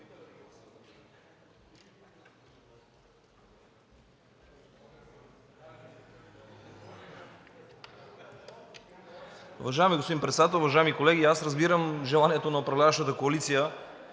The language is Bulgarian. Уважаеми господин Председател, уважаеми колеги! Аз разбирам желанието на управляващата коалиция